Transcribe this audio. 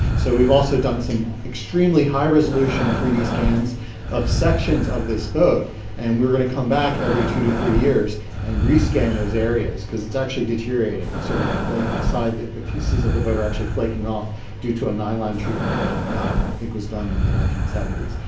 so we've also done some extremely high resolution three d scans of sections of this boat and we're going to come back every two to three years and rescan those areas, cause it's actually deteriorating, and sort of flaking inside, the pieces of the boat are actually flaking off due to a nine line treatment that i think was done in the nineteen seventy s.